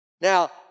Now